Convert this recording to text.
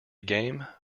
game